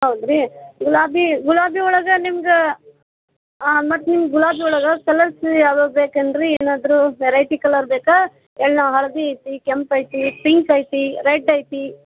ಹೌದಾ ರೀ ಗುಲಾಬಿ ಗುಲಾಬಿ ಒಳಗೆ ನಿಮ್ಗೆ ಮತ್ತು ನಿಮ್ಗೆ ಗುಲಾಬಿ ಒಳಗೆ ಕಲರ್ಸ್ ಯಾವ್ದಾರು ಬೇಕೇನು ರೀ ಏನಾದರೂ ವೆರೈಟಿ ಕಲರ್ ಬೇಕಾ ಯಲ್ಲೋ ಹಳದಿ ಐತಿ ಕೆಂಪು ಐತಿ ಪಿಂಕ್ ಐತಿ ರೆಡ್ ಐತಿ